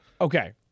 Okay